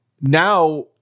Now –